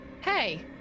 hey